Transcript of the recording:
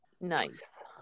Nice